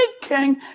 king